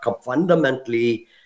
fundamentally